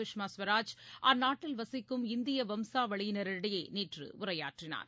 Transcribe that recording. சுஷ்மா ஸ்வராஜ் அந்நாட்டில் வசிக்கும் இந்தியாவம்சாவளியினரிடையேநேற்றுஉரையாற்றினார்